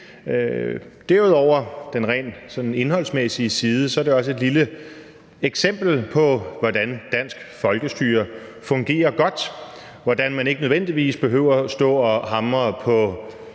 over den sådan rent indholdsmæssige side er det også et lille eksempel på, hvordan dansk folkestyre fungerer godt, hvordan man ikke nødvendigvis behøver at stå og hamre på